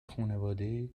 خونواده